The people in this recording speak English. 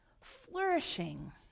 flourishing